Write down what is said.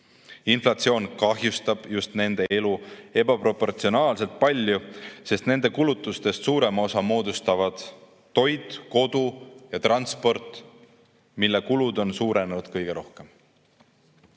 Inflatsioon kahjustab just nende elu ebaproportsionaalselt palju, sest nende kulutustest suurema osa moodustavad toit, kodu ja transport, nendega seotud kulud on suurenenud kõige rohkem.